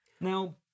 Now